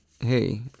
hey